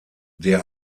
der